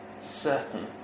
certain